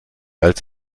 als